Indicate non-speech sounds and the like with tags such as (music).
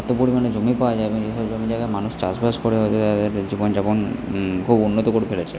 এতো পরিমাণে জমি পাওয়া যাবে (unintelligible) মানুষ চাষবাস করে হয়তো দেখা গেল জীবনযাপন খুব উন্নত করে ফেলেছে